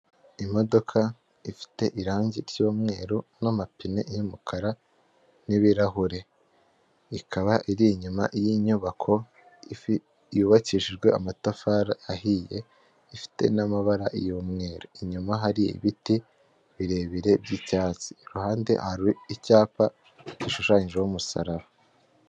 Imodoka ifite irangi ry'umweru n'amapine y'umukara n'ibirahure, ikaba iri inyuma y'inyubako yubakishijwe amatafari ahiye, ifite n'amabara y'umweru, inyuma hari ibiti birebire by'icyatsi iruhande icyapa gishushanyijeho umusaraba.